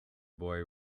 boy